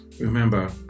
Remember